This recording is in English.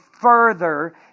further